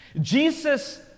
Jesus